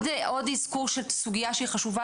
עוד אזכור של סוגייה שהיא חשובה,